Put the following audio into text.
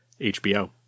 HBO